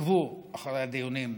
שעקבו אחרי הדיונים,